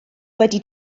wedi